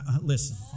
Listen